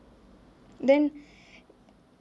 then